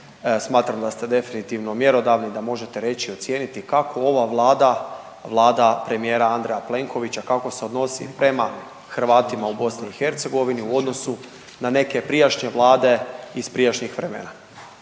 smatram da ste definitivno mjerodavni da možete reći i ocijeniti kako ova vlada, vlada premijera Andreja Plenkovića, kako se odnosi prema Hrvatima u BiH u odnosu na neke prijašnje vlade iz prijašnjih vremena?